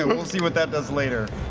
we'll see what that does later.